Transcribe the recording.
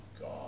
God